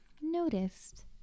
Noticed